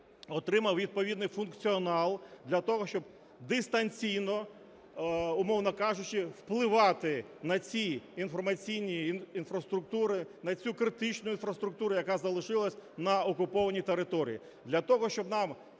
отримав відповідний функціонал для того, щоб дистанційно, умовно кажучи, впливати на ці інформаційні інфраструктури, на цю критичну інфраструктуру, яка залишилась на окупованій території.